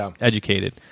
educated